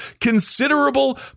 considerable